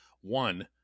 One